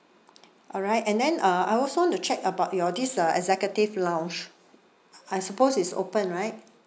alright and then uh I also want to check about your this uh executive lounge I suppose it's open right